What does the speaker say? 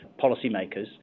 policymakers